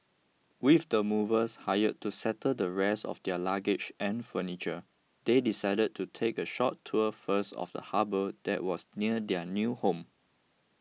with the movers hired to settle the rest of their luggage and furniture they decided to take a short tour first of the harbour that was near their new home